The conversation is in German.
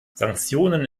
sanktionen